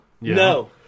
No